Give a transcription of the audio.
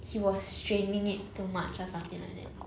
he was straining it too much or something like that